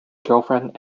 girlfriend